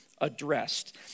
addressed